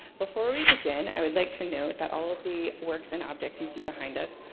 before we begin, i would like to note that all of the works and objects you see behind us,